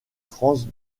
france